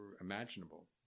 imaginable